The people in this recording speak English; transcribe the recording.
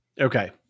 okay